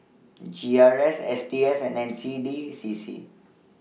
G R C S T S and N C D CC